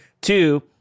Two